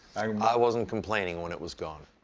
i wasn't complaining when it was gone.